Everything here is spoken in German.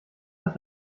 das